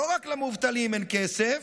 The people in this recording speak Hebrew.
לא רק למובטלים אין כסף,